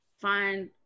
find